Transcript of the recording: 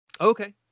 Okay